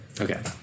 Okay